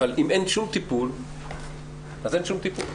אבל אם אין שום טיפול, אז אין שום טיפול.